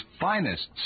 finest